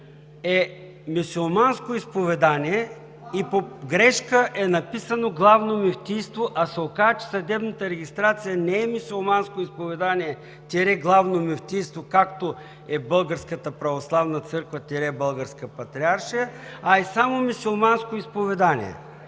е Мюсюлманско изповедание и по погрешка е написано Главно мюфтийство, а се оказва, че съдебната регистрация не е Мюсюлманско изповедание – Главно мюфтийство, както е Българска православна църква – Българска патриаршия, а е само Мюсюлманско изповедание.